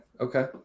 okay